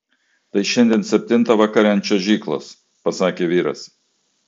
tai šiandien septintą vakare ant čiuožyklos pasakė vyras